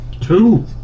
Two